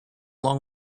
long